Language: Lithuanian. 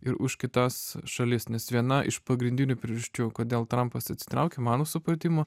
ir už kitas šalis nes viena iš pagrindinių priežasčių kodėl trampas atsitraukė mano supratimu